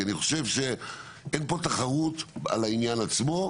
כי אני חושב שאין פה תחרות על העניין עצמו,